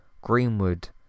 Greenwood